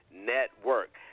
Network